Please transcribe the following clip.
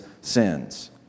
sins